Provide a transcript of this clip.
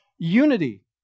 unity